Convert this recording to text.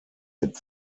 mit